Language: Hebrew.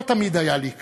לא תמיד היה לי קל.